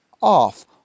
off